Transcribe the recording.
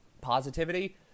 positivity